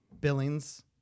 Billings